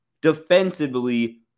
defensively